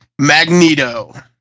Magneto